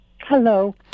Hello